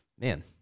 Man